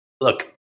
look